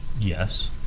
yes